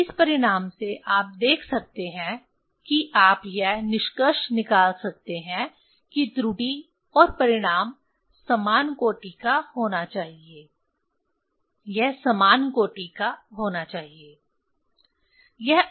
इस परिणाम से आप देख सकते हैं कि आप यह निष्कर्ष निकाल सकते हैं कि त्रुटि और परिणाम समान कोटि का होना चाहिए यह समान कोटि का होना चाहिए